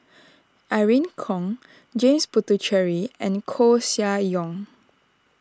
Irene Khong James Puthucheary and Koeh Sia Yong